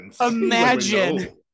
imagine